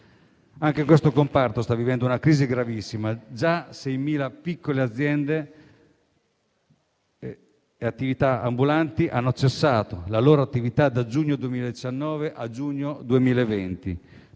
Anche questo comparto sta vivendo una crisi gravissima e già 6.000 piccole aziende e attività ambulanti hanno cessato la loro attività dal giugno 2019 al giugno 2020.